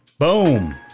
Boom